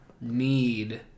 need